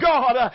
God